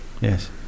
yes